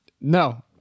no